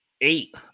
eight